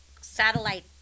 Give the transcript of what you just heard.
satellite